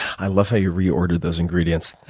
i love you reorder those ingredients.